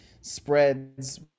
spreads